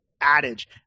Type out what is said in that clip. adage